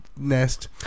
nest